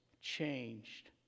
changed